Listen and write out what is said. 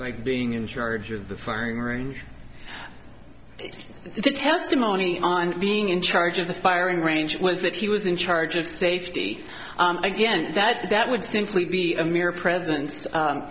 like being in charge of the firing range the testimony on being in charge of the firing range was that he was in charge of safety again that that would simply be a mere presence